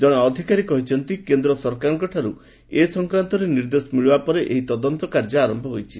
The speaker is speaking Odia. ଜଣେ ଅଧିକାରୀ କହିଛନ୍ତି କେନ୍ଦ୍ର ସରକାରଙ୍କଠାରୁ ଏ ସଂକ୍ରାନ୍ତରେ ନିର୍ଦ୍ଦେଶ ମିଳିବା ପରେ ଏହି ତଦନ୍ତ କାର୍ଯ୍ୟ ଆରମ୍ଭ ହୋଇଛି